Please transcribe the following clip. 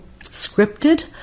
scripted